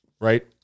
Right